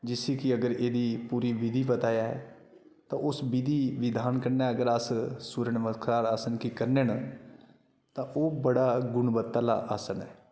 जिसी की अगर एह्दी पूरी विधि पता ऐ ते उस विधि विधान कन्नै अगर अस सूर्य नमस्कार आसन गी करने न तां ओह् बड़ा गुणवत्ता आह्ला आसन ऐ